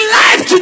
life